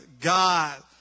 God